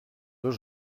deux